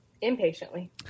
Impatiently